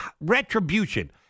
Retribution